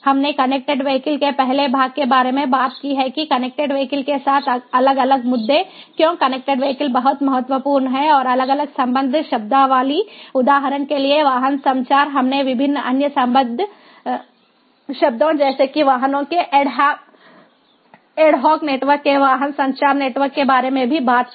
हमने connected vehicle के पहले भाग के बारे में बात की है कि कनेक्टेड वीहिकल के साथ अलग अलग मुद्दे क्यों कनेक्टेड वीहिकल बहुत महत्वपूर्ण हैं और अलग अलग संबद्ध शब्दावली उदाहरण के लिए वाहन संचार हमने विभिन्न अन्य संबद्ध शब्दों जैसे कि वाहनों के ऐड हाक नेटवर्क के वाहन सेंसर नेटवर्क के बारे में भी बात की